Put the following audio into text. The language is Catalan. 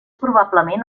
probablement